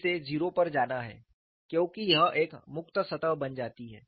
इसे 0 पर जाना है क्योंकि यह एक मुक्त सतह बन जाती है